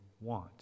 want